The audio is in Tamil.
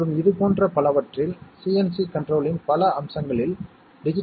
மற்ற எந்தச் சந்தர்ப்பத்திலும் நாம் சம்க்கு 1 ஐப் பெறப் போகிறோம்